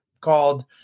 called